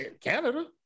Canada